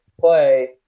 play